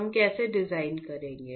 हम कैसे डिजाइन करेंगे